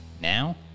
Now